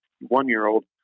one-year-old